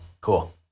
Cool